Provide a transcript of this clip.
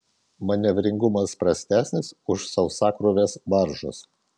manevringumas prastesnis už sausakrūvės baržos